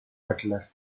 butler